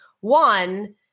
one